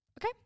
Okay